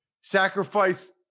sacrifice